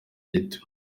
gito